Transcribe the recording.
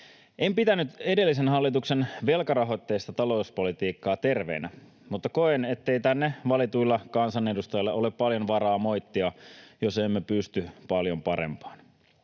En pitänyt edellisen hallituksen velkarahoitteista talouspolitiikkaa terveenä, mutta koen, ettei tänne valituilla kansanedustajilla ole paljon varaa moittia, jos emme pysty paljon parempaan.